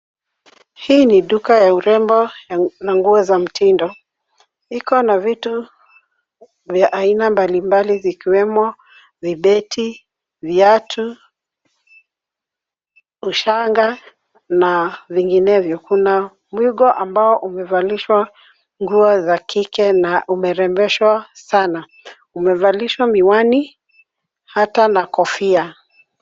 Hii duka ya urembo na nguo za mtindo. Iko na vitu vya aina mbalimbali vikiwemo vibeti, viatu, shanga na vinginevyo. Kuna mwigo ambao umevalishwa nguo za kike na umerembeshwa sana, umevalishwa miwani hata na kofia.